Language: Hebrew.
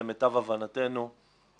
למיטב הבנתנו,